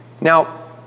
Now